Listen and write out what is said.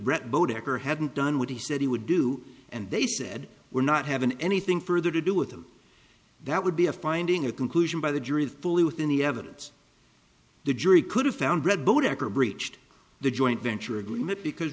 brett boat anchor hadn't done what he said he would do and they said we're not having anything further to do with them that would be a finding a conclusion by the jury fully within the evidence the jury could have found read both decker breached the joint venture agreement because